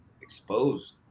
exposed